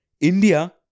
India